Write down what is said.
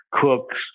cooks